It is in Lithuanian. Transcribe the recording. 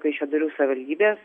kaišiadorių savivaldybės